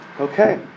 Okay